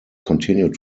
continued